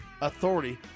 authority